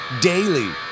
daily